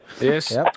Yes